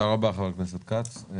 תודה רבה חבר הכנסת כץ.